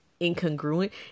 incongruent